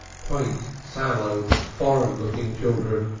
quaint sallow foreign-looking children,